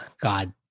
God